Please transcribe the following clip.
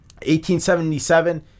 1877